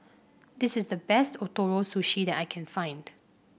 this is the best Ootoro Sushi that I can find